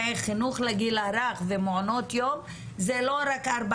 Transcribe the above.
וחינוך לגיל הרך ומעונות יום זה לא רק ארבע